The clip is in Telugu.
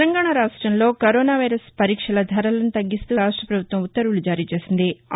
తెలంగాణ రాష్ట్రంలో కరోనా వైరస్ పరీక్షల ధరలను తగ్గిస్తూ రాష్ట పభుత్వం ఉత్తర్వులు జారీ చేసింది